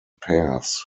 pairs